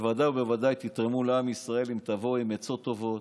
ובוודאי ובוודאי תתרמו לעם ישראל אם תבואו עם עצות טובות,